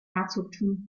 herzogtum